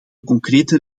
concrete